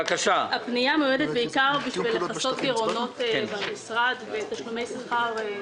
הפנייה מיועדת בעיקר לכסות גירעונות במשרד ותשלומי שכר.